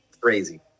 Crazy